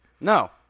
No